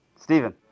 Stephen